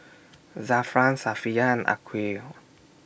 Zafran Safiya and Aqilah